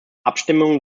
abstimmungen